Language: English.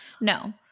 No